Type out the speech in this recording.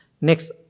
next